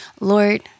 Lord